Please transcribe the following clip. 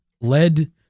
led